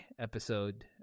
episode